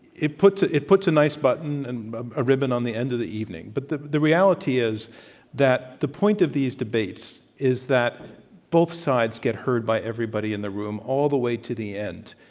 it puts it puts a nice button and a ribbon on the end of the evening. but the the reality is that the point of these debates is that both sides get heard by everybody in the room all the way to the end.